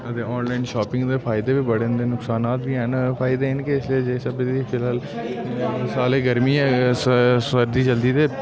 ते online shopping दे फायदे बी बड़े न ते नुक़सानात बी हैन फायदे एह् न की जिस स्हाब दी इस साल गर्मी ऐ सरदी चलदी ते